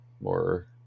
more